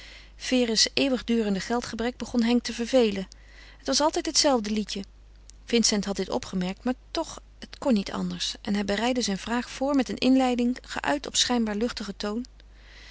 vere's eeuwigdurend geldgebrek begon henk te vervelen het was altijd het zelfde liedje vincent had dit opgemerkt maar toch het kon niet anders en hij bereidde zijn vraag voor met een inleiding geuit op schijnbaar luchtigen toon